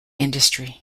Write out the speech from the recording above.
industry